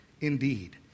indeed